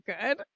good